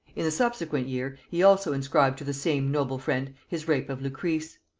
in the subsequent year he also inscribed to the same noble friend his rape of lucrece,